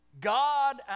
God